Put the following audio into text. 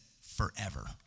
forever